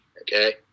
okay